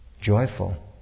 joyful